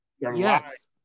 Yes